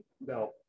No